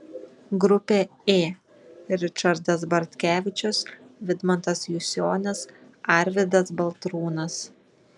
grupė ė ričardas bartkevičius vidmantas jusionis arvydas baltrūnas